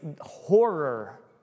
horror